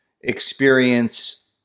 experience